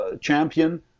champion